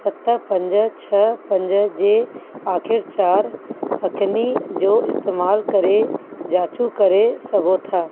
सत पंज छह पंज जे आख़िर चारि हथनी जो इस्तेमाल करे जांच करे सघो था